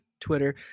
Twitter